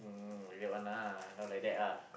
um is it one lah no like that ah